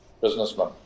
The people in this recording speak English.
businessman